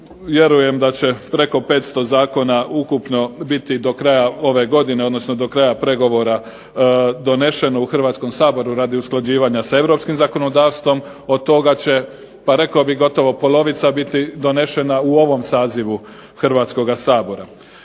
Vjerujem da će preko 500 zakona ukupno biti do kraja ove godine, odnosno do kraja pregovora donešeno u Hrvatskom saboru radi usklađivanja sa europskim zakonodavstvom. Od toga će, pa rekao bih gotovo polovica biti donešena u ovom sazivu Hrvatskoga sabora.